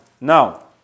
Now